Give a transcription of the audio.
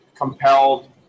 compelled